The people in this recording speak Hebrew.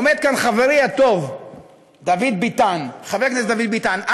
עומד כאן חברי הטוב חבר הכנסת דוד ביטן.